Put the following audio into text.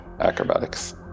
acrobatics